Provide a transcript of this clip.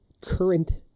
current